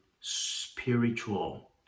spiritual